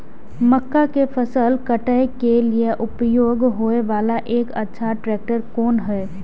मक्का के फसल काटय के लिए उपयोग होय वाला एक अच्छा ट्रैक्टर कोन हय?